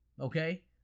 okay